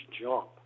jump